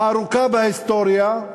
הארוכה בהיסטוריה,